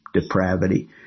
depravity